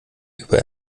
über